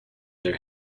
their